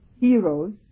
heroes